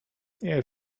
nie